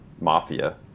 mafia